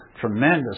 tremendous